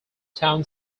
town